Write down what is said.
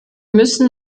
müssen